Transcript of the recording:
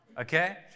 okay